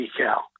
Decal